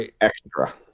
extra